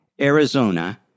Arizona